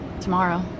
tomorrow